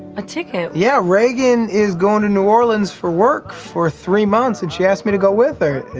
a ticket? yeah. reagan is going to new orleans for work for three months and she asked me to go with her and